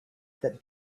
that